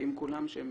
הרופאים כולם, שהם